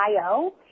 IO